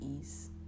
ease